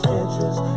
interest